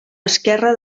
esquerra